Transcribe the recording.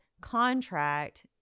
contract